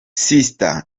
sister